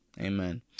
Amen